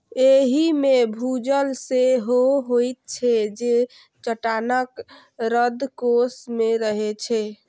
एहि मे भूजल सेहो होइत छै, जे चट्टानक रंध्रकोश मे रहै छै